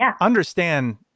understand